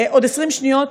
עוד 20 שניות,